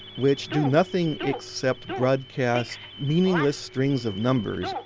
which do nothing except broadcast meaningless strings of numbers.